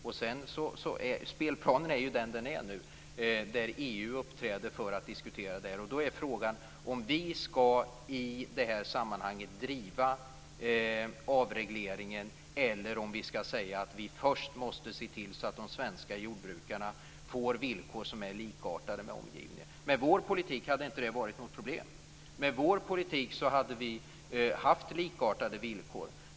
Och nu är spelplanen som den är. EU uppträder för att diskutera det här. Då är frågan: Skall vi i det sammanhanget driva avregleringen, eller skall vi säga att vi först måste se till att de svenska jordbrukarna får villkor som är likartade med omgivningens. Med vår politik hade inte det varit något problem. Med vår politik hade vi haft likartade villkor.